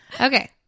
Okay